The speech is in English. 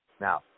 Now